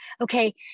Okay